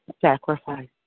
sacrifice